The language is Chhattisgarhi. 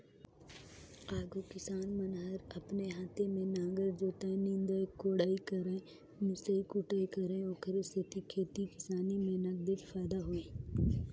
आघु किसान मन हर अपने हाते में नांगर जोतय, निंदई कोड़ई करयए मिसई कुटई करय ओखरे सेती खेती किसानी में नगदेच फायदा होय